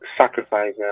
sacrifice